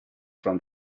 from